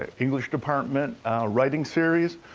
ah english department writing series.